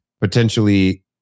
potentially